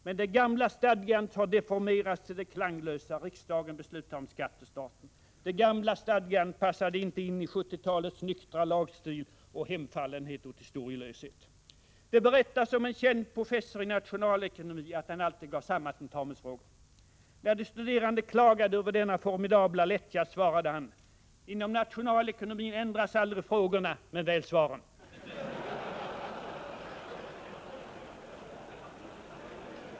Men det gamla stadgandet har deformerats till det klanglösa: ”Riksdagen beslutar om skatt till staten.” Det gamla stadgandet passade inte in i 70-talets nyktra lagstil och hemfallenhet åt historielöshet. Det berättas om en känd professor i nationalekonomi att han alltid gav samma tentamensfrågor. När de studerande klagade över denna formidabla lättja svarade han: Inom nationalekonomin ändras aldrig frågorna men väl svaren.